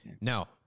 Now